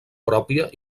pròpia